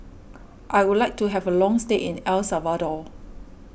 I would like to have a long stay in El Salvador